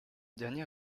dernier